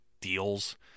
deals